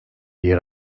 yer